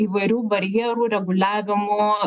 įvairių barjerų reguliavimo